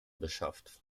beschafft